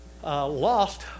Lost